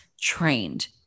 trained